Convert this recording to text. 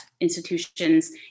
institutions